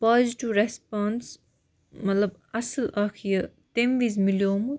positive response مطلب اصٕل اَکھ یہِ تَمہِ وِزۍ میلیٛومُت